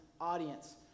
audience